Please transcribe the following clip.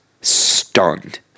stunned